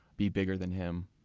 be bigger than him.